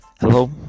Hello